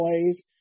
plays